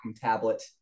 tablet